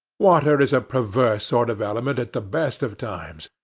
water is a perverse sort of element at the best of times,